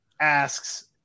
asks